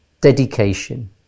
Dedication